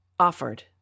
Offered